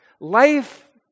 Life